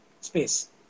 space